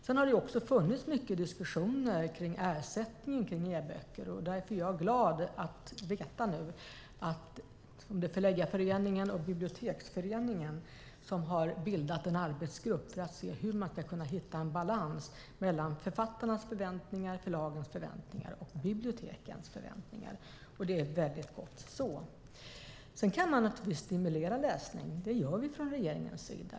Det har också funnits mycket diskussioner kring ersättning när det gäller e-böcker, och därför är jag glad att nu veta att Förläggareföreningen och Biblioteksföreningen har bildat en arbetsgrupp för att se hur man ska kunna hitta en balans mellan författarnas förväntningar, förlagens förväntningar och bibliotekens förväntningar. Det är väldigt gott så. Man kan naturligtvis stimulera läsning. Det gör vi från regeringens sida.